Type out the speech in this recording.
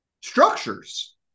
structures